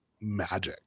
magic